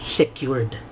secured